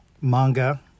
manga